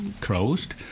closed